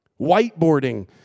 whiteboarding